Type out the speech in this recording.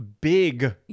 big